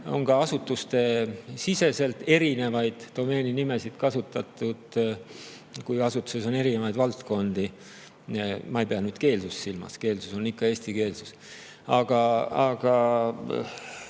On ka asutustesiseselt erinevaid domeeninimesid kasutatud, kui asutuses on erinevaid valdkondi. Ma ei pea keelt silmas, keel on ikka eesti keel, aga